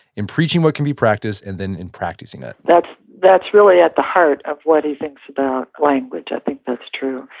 in preaching what can be practiced and then in practicing it. that's that's really at the heart of what he thinks about language. i think that's true.